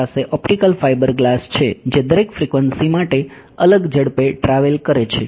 તમારી પાસે optical fibre glass છે જે દરેક ફ્રીક્વન્સી માટે અલગ ઝડપે ટ્રાવેલ કરે છે